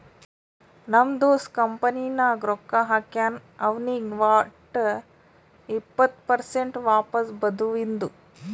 ನಮ್ ದೋಸ್ತ ಕಂಪನಿ ನಾಗ್ ರೊಕ್ಕಾ ಹಾಕ್ಯಾನ್ ಅವ್ನಿಗ್ ವಟ್ ಇಪ್ಪತ್ ಪರ್ಸೆಂಟ್ ವಾಪಸ್ ಬದುವಿಂದು